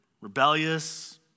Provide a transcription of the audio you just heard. rebellious